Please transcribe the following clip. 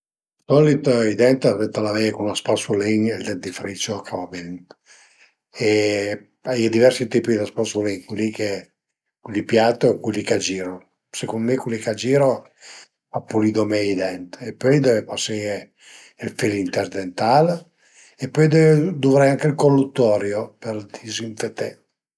D'solit i dent ëntà lavaie cun lë spasulin e ël dentifricio ch'a va bin e a ie diversi tipi di spasulin, cul li che, cul li piat e culi ch'a giru, secund me culi ch'a giru a pulidu mei i dent e pöi deve pasé ël fil interdental e pöi deve duvré anche ël colluttorio për dizinfeté